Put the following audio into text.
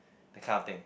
that kind of thing